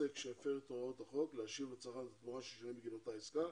עוסק שהפר את הוראות החוק להשיב לצרכן את מה ששילם בגין אותה עסקה,